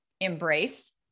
embrace